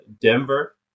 Denver